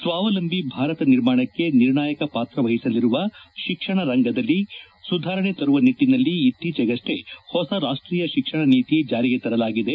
ಸ್ನಾವಲಂಬಿ ಭಾರತ ನಿರ್ಮಾಣಕ್ಕೆ ನಿರ್ಣಾಯಕ ಪಾತ್ರ ವಹಿಸಲಿರುವ ಶಿಕ್ಷಣ ರಂಗದಲ್ಲಿ ಸುಧಾರಣೆ ತರುವ ನಿಟ್ಲನಲ್ಲಿ ಇತ್ತೀಚೆಗಷ್ಟ ಹೊಸ ರಾಷ್ಷೀಯ ಶಿಕ್ಷಣ ನೀತಿ ಜಾರಿಗೆ ತರಲಾಗಿದೆ